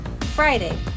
Friday